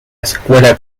escuela